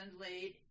laid